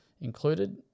included